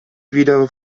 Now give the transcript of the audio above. wieder